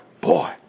Boy